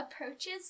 approaches